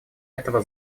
этого